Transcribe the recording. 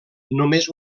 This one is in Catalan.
només